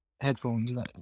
headphones